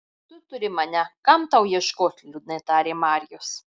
tu turi mane kam tau ieškot liūdnai tarė marijus